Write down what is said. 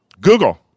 google